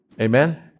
Amen